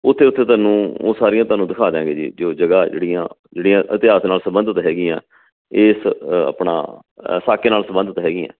ਉੱਥੇ ਉੱਥੇ ਤੁਹਾਨੂੰ ਉਹ ਸਾਰੀਆਂ ਤੁਹਾਨੂੰ ਦਿਖਾ ਦਿਆਂਗੇ ਜੀ ਜੋ ਜਗ੍ਹਾ ਜਿਹੜੀਆਂ ਜਿਹੜੀਆਂ ਇਤਿਹਾਸ ਨਾਲ ਸੰਬੰਧਿਤ ਹੈਗੀਆਂ ਇਸ ਅ ਆਪਣਾ ਸਾਕੇ ਨਾਲ ਸੰਬੰਧਿਤ ਹੈਗੀਆਂ